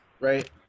right